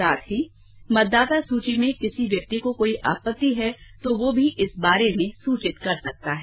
साथ ही मतदाता सूची में किसी व्यक्ति को कोई आपत्ति है तो वह भी इस बारे में सूचित कर सकता है